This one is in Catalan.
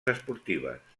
esportives